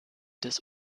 des